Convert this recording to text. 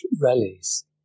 rallies